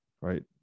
right